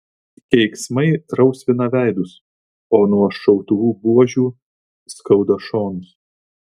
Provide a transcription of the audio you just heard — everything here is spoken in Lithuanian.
keiksmai rausvina veidus o nuo šautuvų buožių skauda šonus